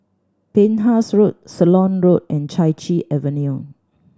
Penhas Road Ceylon Road and Chai Chee Avenue